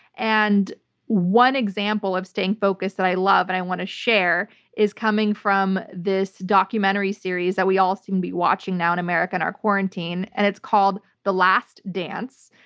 and one example of staying focused that i love and i want to share is coming from this documentary series that we all seem to be watching now in america in our quarantine and it's called, the last dance.